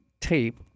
tape